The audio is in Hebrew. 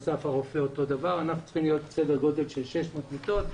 אסף הרופא אותו הדבר ואנחנו צריכים להיות בסדר גודל של 600 מיטות.